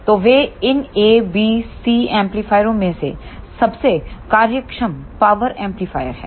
तो वे इन ABCएम्पलीफायरों में से सबसे कार्यक्षम पावर एम्पलीफायर हैं